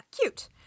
Cute